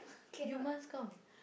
you must come